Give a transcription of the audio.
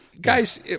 Guys